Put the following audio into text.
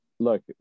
Look